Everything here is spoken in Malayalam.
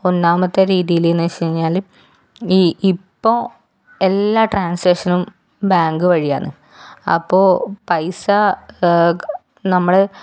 ഒന്നാമത്തെ രീതിയിലെന്നു വെച്ചു കഴിഞ്ഞാൽ ഈ ഇപ്പോൾ എല്ലാ ട്രാൻസാക്ഷനും ബാങ്ക് വഴിയാണ് അപ്പോൾ പൈസ നമ്മൾ